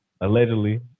Allegedly